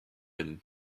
him